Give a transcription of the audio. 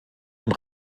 und